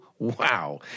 Wow